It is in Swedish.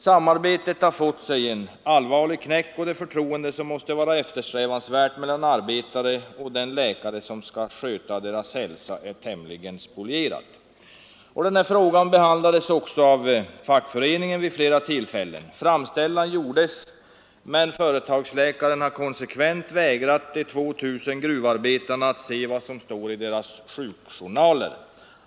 Samarbetet har fått sig en allvarlig knäck och det förtroende som måste vara eftersträvansvärt mellan arbetare och den läkare som skall sköta deras hälsa är tämligen spolierat. Frågan behandlades också av fackföreningen vid flera tillfällen. Framställning gjordes, men företagsläkaren har konsekvent vägrat de 2 000 gruvarbetarna att se vad som står i deras sjukjournaler.